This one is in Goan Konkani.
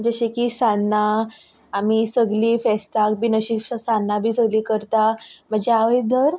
जशें की सान्नां आमी सगली फेस्ताक बी अशी सान्नां बी सगली करता म्हजी आवय दर